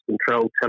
control